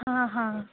हां हां